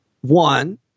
one